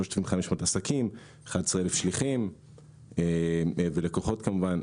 3,500 עסקים, 11,000 שליחים ולקוחות כמובן.